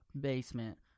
Basement